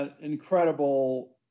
incredible